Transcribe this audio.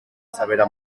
severa